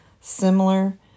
similar